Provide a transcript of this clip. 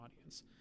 audience